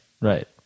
Right